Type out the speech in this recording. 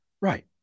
Right